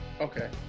okay